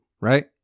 right